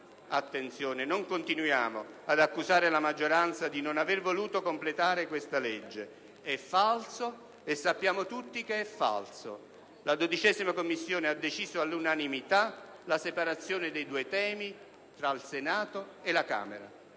non continuiamo ad accusare la maggioranza di non aver voluto completare questa legge, perché è falso, e lo sappiamo tutti. La 12ª Commissione ha deciso all'unanimità la separazione dei due temi tra il Senato e la Camera: